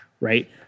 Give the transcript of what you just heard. right